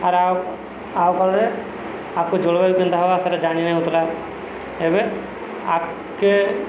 ଆର୍ ଆଉ ଆଗକାଳରେ ଆଗକୁ ଜଳବାୟୁ କେନ୍ତା ହବା ସେଇଟା ଜାଣିନାଇଁ ହଉଥିଲା ଏବେ ଆଗକେ